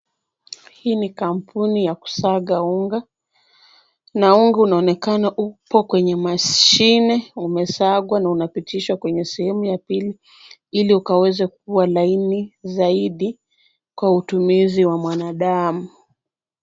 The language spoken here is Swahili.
Hii ni kampuni ya kusaga unga na unga unaonekana upo kwenye mashine umesagwa na unapitishwa kwenye sehemu ya pili ili uweze kuwa laini zaidi kwa matumizi ya mwanadamu.